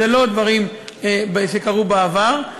אלה לא דברים שקרו בעבר,